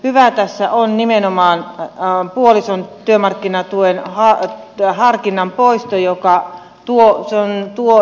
hyvää tässä on nimenomaan puolison työmarkkinatuen harkinnan poisto joka tuo asiaan tuo